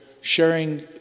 sharing